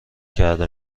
کرده